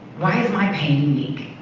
why is my pain meek?